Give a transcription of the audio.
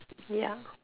ya